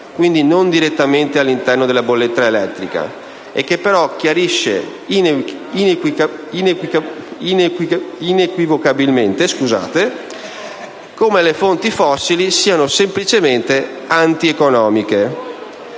quindi non direttamente all'interno della bolletta elettrica; ciò, però, chiarisce inequivocabilmente come le fonti fossili siano antieconomiche.